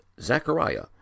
zachariah